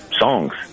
songs